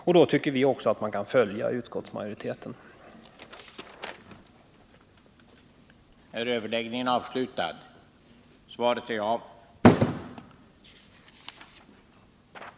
Vi anser därför att man också kan följa utskottsmajoritetens förslag.